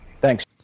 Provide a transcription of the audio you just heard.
Thanks